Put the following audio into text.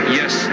yes